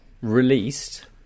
released